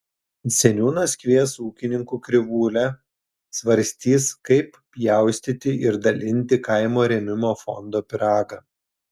seniūnas kvies ūkininkų krivūlę svarstys kaip pjaustyti ir dalinti kaimo rėmimo fondo pyragą